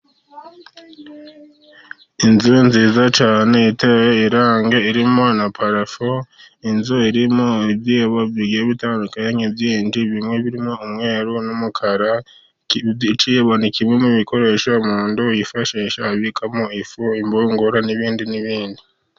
Inzu nziza cyane iteye irangi, irimo na parafu, inzu irimo ibyibo bigiye bitadukanye bimwe birimo umweru n'umukara ikibo ni kimwe mu bikoresho umuntu yifashisha abikamo ifu impungure n'ibindi n'ibindi.